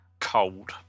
cold